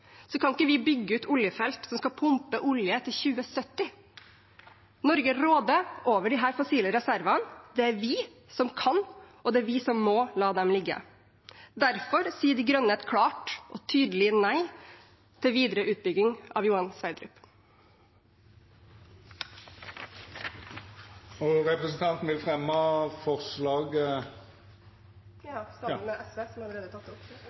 vi ikke bygge ut oljefelt som skal pumpe olje til 2070. Norge råder over disse fossile reservene. Det er vi som kan, og det er vi som må la dem ligge. Derfor sier De Grønne et klart og tydelig nei til videre utbygging av Johan Sverdrup. Vil representanten fremja forslag frå Miljøpartiet Dei Grøne? Ja, jeg tar opp